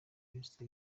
kristu